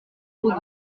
douze